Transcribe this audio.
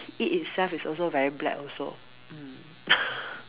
it itself is also very black also mm